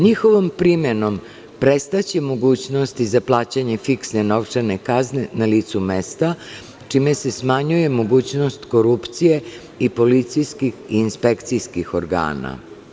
Njihovom primenom prestaće mogućnosti za plaćanje fiksne novčane kazane na licu mesta, čime se smanjuje mogućnost korupcije i policijskih i inspekcijskih organa.